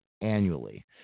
annually